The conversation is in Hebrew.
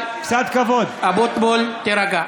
חבר הכנסת אבוטבול, אבוטבול, אתה מפריע לי.